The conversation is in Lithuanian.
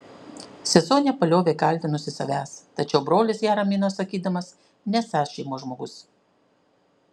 sesuo nepaliovė kaltinusi savęs tačiau brolis ją ramino sakydamas nesąs šeimos žmogus